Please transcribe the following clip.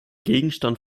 gegenstand